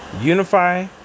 Unify